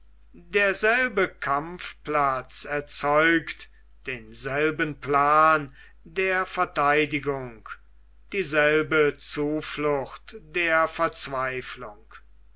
derselbe kampfplatz erzeugt denselben plan der vertheidigung dieselbe zuflucht der verzweiflung